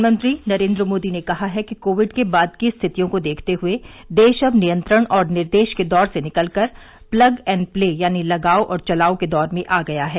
प्रधानमंत्री नरेन्द्र मोदी ने कहा है कि कोविड के बाद की स्थितियों को देखते हए देश अब नियंत्रण और निर्देश के दौर से निकलकर प्लग एण्ड प्ले यानी लगाओ और चलाओ के दौर में आ गया है